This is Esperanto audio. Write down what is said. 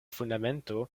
fundamento